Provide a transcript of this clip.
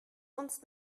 uns